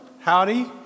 Howdy